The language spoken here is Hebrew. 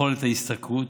יכולת ההשתכרות,